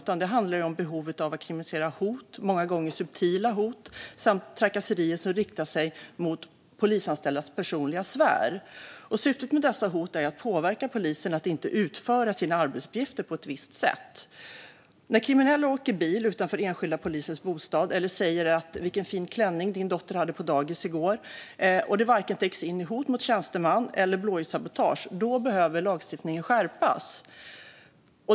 Min fråga handlar om behovet av att kriminalisera hot, många gånger subtila hot, och trakasserier som riktar sig mot polisanställdas personliga sfär. Syftet med dessa hot är att påverka poliserna att inte utföra sina arbetsuppgifter på ett visst sätt. När kriminella åker bil utanför enskilda polisers bostad eller säger "vilken fin klänning din dotter hade på dagis i går" och detta inte täcks av vare sig hot mot tjänsteman eller blåljussabotage behöver lagstiftningen skärpas.